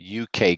UK